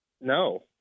No